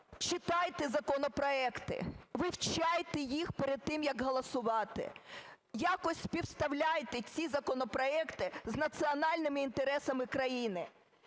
читайте законопроекти, вивчайте їх перед тим, як голосувати, якось співставляйте ці законопроекти з національними інтересами країни,